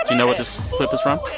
ah but know what this clip is from?